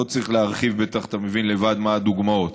לא צריך להרחיב, בטח אתה מבין לבד מה הדוגמאות.